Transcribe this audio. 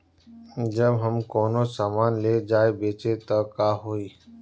जब हम कौनो सामान ले जाई बेचे त का होही?